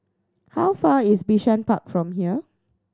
how far is Bishan Park from here